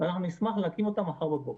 ואנחנו נשמח להקים אותם מחר בבוקר.